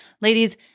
Ladies